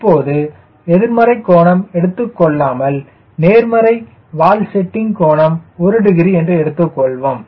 இப்போது எதிர்மறை கோணம் எடுத்துக்கொள்ளாமல் நேர்மறை வால் செட்டிங் கோணம் 1 டிகிரி எடுத்துக் கொள்வோம்